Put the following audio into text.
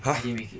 !huh!